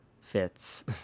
fits